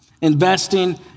investing